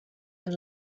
and